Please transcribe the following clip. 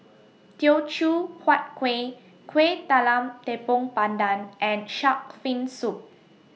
Teochew Huat Kueh Kueh Talam Tepong Pandan and Shark's Fin Soup